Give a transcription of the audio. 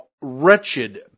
wretched